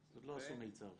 --- עוד לא עשו מיצ"ב.